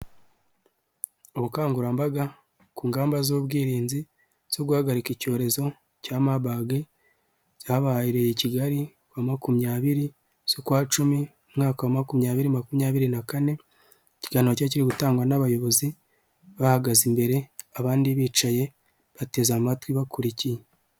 Ubukangurambaga ku ngamba z'ubwirinzi zo guhagarika icyorezo cya mabage. Byabaye i kigali ku wa makumyabiri z'ukwa cumi umwaka wa makumyabiri makumyabiri na kane ,ikiganiro cyari kiri gutangwa n'abayobozi, bahagaze imbere abandi bicaye bateze amatwi bakurikiye.